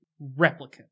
replicant